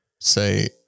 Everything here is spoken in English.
say